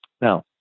Now